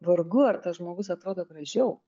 vargu ar tas žmogus atrodo gražiau